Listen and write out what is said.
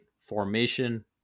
formation